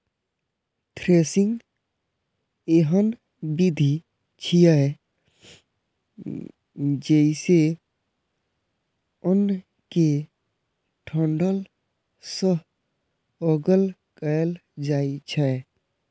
threshing एहन विधि छियै, जइसे अन्न कें डंठल सं अगल कैल जाए छै